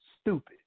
stupid